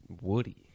Woody